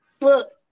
look